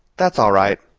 that's all right.